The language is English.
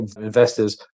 investors